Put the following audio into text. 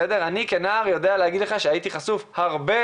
כנער אני יודע להגיד לך שהייתי חשוף הרבה